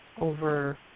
over